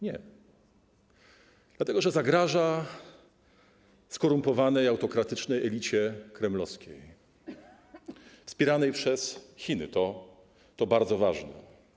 Nie, dlatego że zagraża skorumpowanej, autokratycznej elicie kremlowskiej wspieranej przez Chiny, to bardzo ważne.